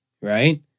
Right